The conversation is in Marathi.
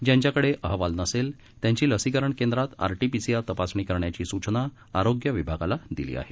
ज्यांच्याकडे अहवाल नसेल त्यांची लसीकरण केंद्रात आरटीपीसीआर तपासणी करण्याची सूचना आरोग्य विभागाला दिली आहे